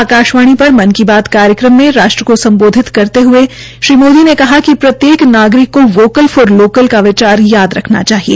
आकाशवाणी पर मन की बात कार्यमक्रम में राष्ट्र को सम्बोधित करते हये श्री मोदी ने कहा कि प्रत्येक नागरिक को वोकल फार लोकल का विचार याद रखना चाहिए